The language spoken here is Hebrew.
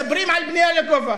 מדברים על בנייה לגובה.